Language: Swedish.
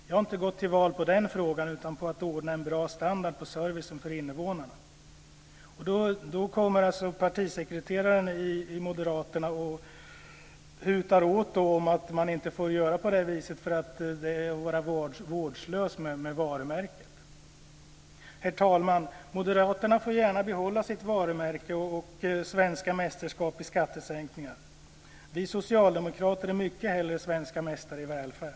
Jag har inte gått till val på den frågan, utan på att ordna en bra standard på servicen för invånarna. Nu kommer partisekreteraren i Moderaterna och talar om att man inte får göra på det viset eftersom det är att vara vårdslös med varumärket. Herr talman! Moderaterna får gärna behålla sitt varumärke och svenska mästerskap i skattesänkningar. Vi socialdemokrater är mycket hellre svenska mästare i välfärd.